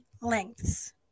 Lengths